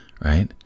right